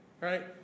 right